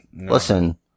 Listen